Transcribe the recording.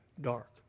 dark